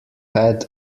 had